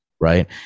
right